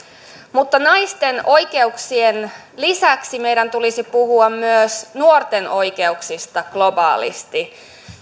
mutta naisten oikeuksien lisäksi meidän tulisi puhua myös nuorten oikeuksista globaalisti